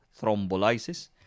thrombolysis